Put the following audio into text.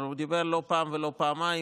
אבל הוא דיבר לא פעם ולא פעמיים,